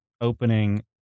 opening